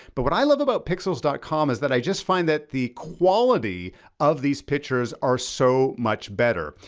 but what i love about pexels dot com is that i just find that the quality of these pictures are so much better.